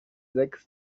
sechs